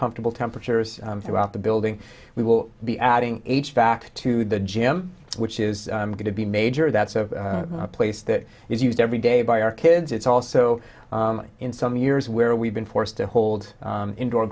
comfortable temperatures throughout the building we will be adding h back to the gym which is going to be major that's a place that is used every day by our kids it's also in some years where we've been forced to hold indoor